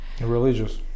Religious